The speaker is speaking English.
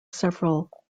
several